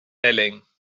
telling